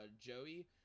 Joey